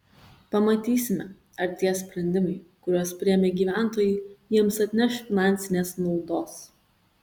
pamatysime ar tie sprendimai kuriuos priėmė gyventojai jiems atneš finansinės naudos